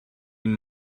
این